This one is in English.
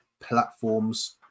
platforms